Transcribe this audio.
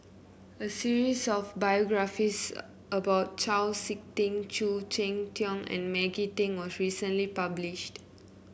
a series of biographies about Chau SiK Ting Khoo Cheng Tiong and Maggie Teng was recently published